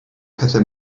pethau